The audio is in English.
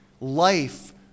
life